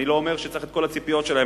אני לא אומר שצריך למלא את כל הציפיות שלהם.